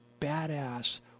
badass